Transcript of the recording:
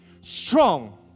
Strong